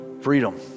freedom